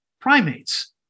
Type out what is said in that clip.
primates